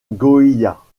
goiás